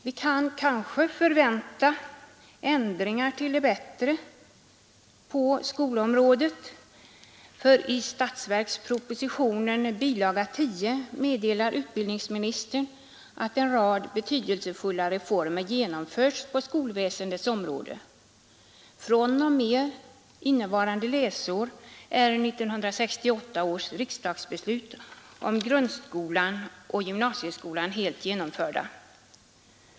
Vi kan kanske förvänta ändringar till det bättre på skolområdet, för i statsverkspropositionen bilaga 10 meddelar utbildningsministern att en rad betydelsefulla reformer genomförts på skolväsendets område. fr.o.m. innevarande läsår är 1968 års riksdagsbeslut om grundskolan och gymnasieskolan helt genomförda.